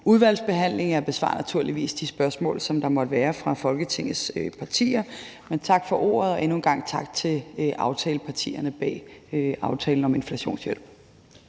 udvalgsbehandling. Jeg besvarer naturligvis de spørgsmål, som der måtte være fra Folketingets partier. Tak for ordet, og endnu en gang tak til aftalepartierne bag »Aftale om inflationshjælp«.